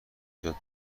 جاده